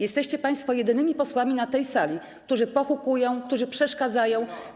Jesteście państwo jedynymi posłami na tej sali, którzy pohukują, którzy przeszkadzają.